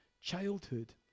childhood